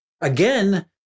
again